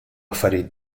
affarijiet